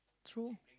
true